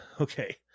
okay